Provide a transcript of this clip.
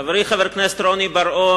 חברי חבר הכנסת רוני בר-און,